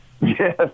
Yes